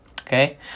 Okay